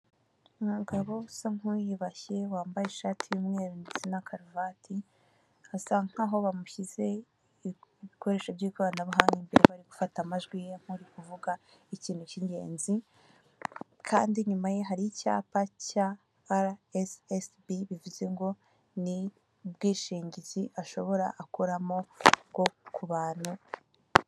Umugabo usa nk'uwiyubashye wambaye ishati y'umweru ndetse na karuvati, asa nkaho bamushyize ibikoresho by'ikoranabuhanga imbere, bari gufata amajwi ye arimo kuvuga ikintu k'ingenzi, kandi inyuma ye hari icyapa cya ara esi esi bi bivuze ngo ni ubwishingizi ashobora, akoramo bwo ku bantu.